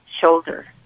shoulder